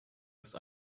ist